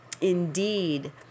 indeed